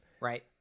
Right